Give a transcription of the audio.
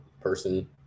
person